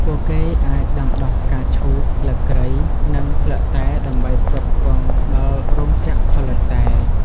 ពួកគេអាចដាំដុះផ្កាឈូក ស្លឹកគ្រៃ និងស្លឹកតែដើម្បីផ្គត់ផ្គង់ដល់រោងចក្រផលិតតែ។